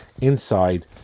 inside